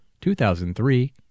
2003